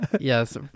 Yes